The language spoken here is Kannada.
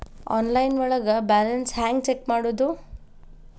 ಆನ್ಲೈನ್ ಒಳಗೆ ಬ್ಯಾಲೆನ್ಸ್ ಹ್ಯಾಂಗ ಚೆಕ್ ಮಾಡೋದು?